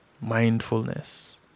mindfulness